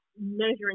measuring